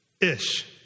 Ish